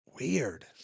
weird